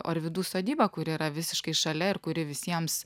orvydų sodyba kuri yra visiškai šalia ir kuri visiems